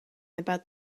about